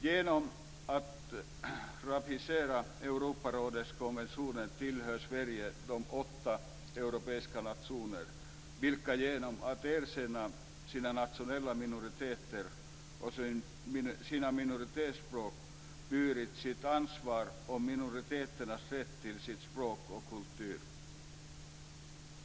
Genom att ratificera Europarådets konventioner tillhör Sverige de åtta europeiska nationer, vilka genom att erkänna sina nationella minoriteter och sina minoritetsspråk burit sitt ansvar om minoriteternas rätt till sitt språk och sin kultur.